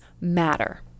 matter